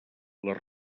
les